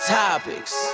topics